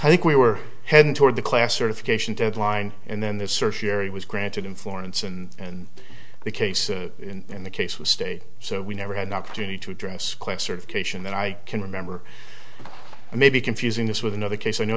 i think we were heading toward the class certification deadline and then the search area was granted in florence and the case in the case was stayed so we never had an opportunity to draw a square certification that i can remember i may be confusing this with another case i know